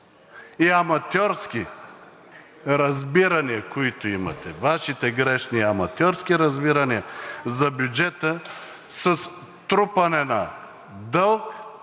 и аматьорски разбирания, които имате – Вашите грешни и аматьорски разбирания, за бюджета с трупане на дълг